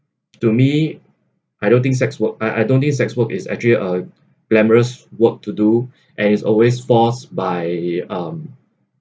to me I don't think sex work I I don't think sex work is actually a glamorous work to do and is always force by um